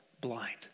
blind